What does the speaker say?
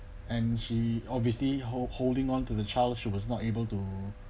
and she obviously hold holding onto the child she was not able to